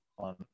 On